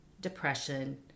depression